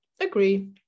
agree